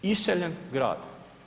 Iseljen grad.